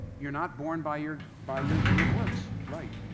you're not born by your by your good works. right,